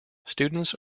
students